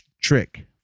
trick